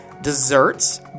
desserts